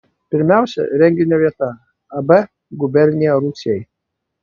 pirmiausia renginio vieta ab gubernija rūsiai